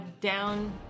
Down